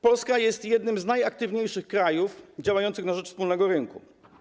Polska jest jednym z najaktywniejszych krajów działających na rzecz wspólnego rynku.